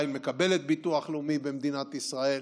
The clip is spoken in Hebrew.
עדיין מקבלת ביטוח לאומי במדינת ישראל,